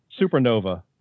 Supernova